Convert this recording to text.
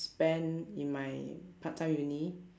spend in my part time uni